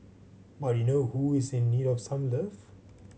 but you know who is in need of some love